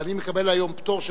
ואני מקבל היום פטור של